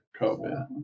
COVID